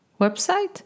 website